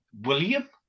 william